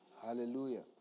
Hallelujah